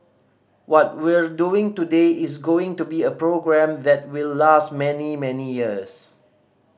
what we're doing today is going to be a program that will last many many years